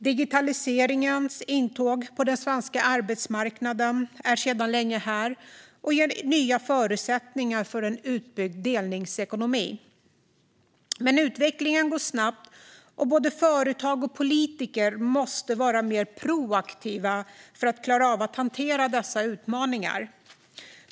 Digitaliseringens intåg på den svenska arbetsmarknaden är sedan länge här och ger nya förutsättningar för en utbyggd delningsekonomi. Men utvecklingen går snabbt, och både företag och politiker måste vara mer proaktiva för att klara av att hantera dessa utmaningar.